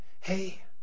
Hey